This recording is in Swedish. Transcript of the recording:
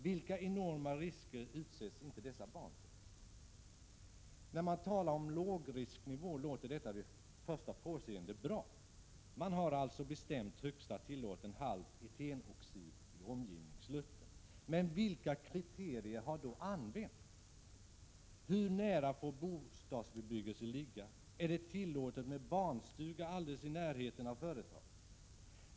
Vilka enorma risker utsätts inte barnen för där? Man talar om lågrisknivåer, och till att börja med låter det bra. Man har alltså bestämt en högsta tillåten halt etenoxid i omgivningsluften. Men vilka kriterier har då gällt? Hur nära ett företag får bostadsbebyggelse finnas? Är det tillåtet att ha en barnstuga alldeles i närheten av företaget?